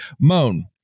Moan